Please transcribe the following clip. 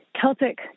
Celtic